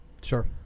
Sure